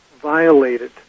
violated